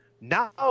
now